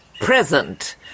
Present